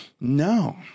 No